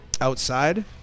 Outside